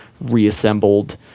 reassembled